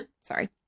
sorry